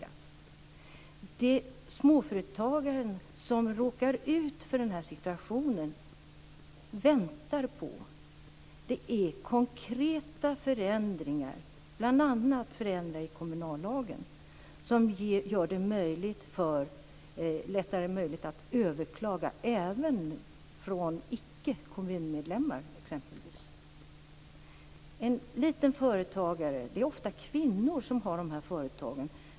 Det som den småföretagare som råkar ut för den här situationen väntar på är konkreta förändringar, bl.a. förändringar i kommunallagen, som gör det lättare att överklaga, även för ickekommunmedlemmar. Det är ofta kvinnor som har de här företagen.